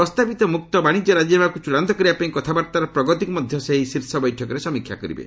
ପ୍ରସ୍ତାବିତ ମୁକ୍ତ ବାଣିଜ୍ୟ ରାଜିନାମାକୁ ଚୂଡାନ୍ତ କରିବା ପାଇଁ କଥାବାର୍ତ୍ତାରେ ପ୍ରଗତିକୁ ମଧ୍ୟ ସେ ଏହି ଶୀର୍ଷ ବୈଠକରେ ସମୀକ୍ଷା କରିବେ